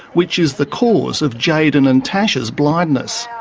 which is the cause of jayden and tasha's blindness.